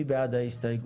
נצביע על ההסתייגות.